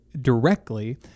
directly